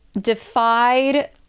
defied